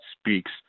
speaks